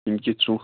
یِم چھِ ژُہ